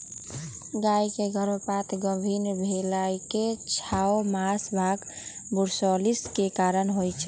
गाय के गर्भपात गाभिन् भेलाके छओ मास बाद बूर्सोलोसिस के कारण होइ छइ